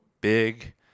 big